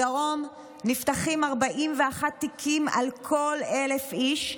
בדרום נפתחים 41 תיקים על כל 1,000 איש,